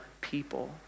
people